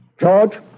George